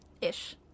ish